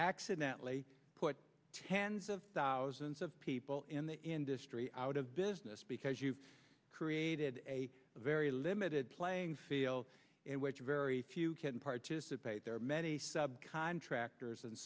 accidently put tens of thousands of people in the industry out of business because you've created a very limited playing field in which very few can participate there are many subcontractors